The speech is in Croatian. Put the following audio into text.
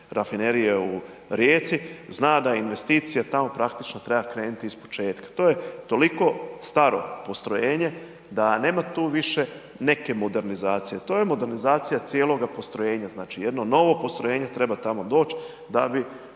rafinerije u Rijeci, zna da investicija tamo praktično treba krenuti ispočetka, to je toliko staro postrojenje da nema tu više neke modernizacije, to je modernizacija cijeloga postrojenja, znači jedno novo postrojenje treba tamo doć da bi